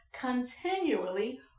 continually